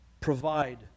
provide